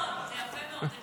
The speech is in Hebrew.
לא, לא, זה יפה מאוד.